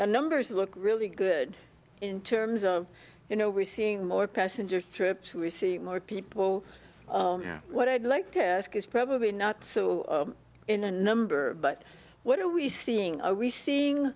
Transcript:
e numbers look really good in terms of you know we're seeing more passengers trips we see more people what i'd like to ask is probably not so in a number but what are we seeing a receding